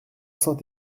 saint